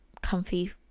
comfy